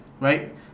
right